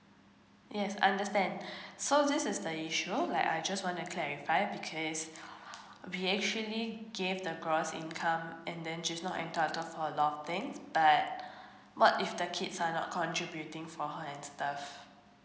yes understand so this is the issue like I just wanna clarify because we actually gave the gross income and then she's not entitled for a lot of things but what if the kids are not contributing for her and stuff